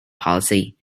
policy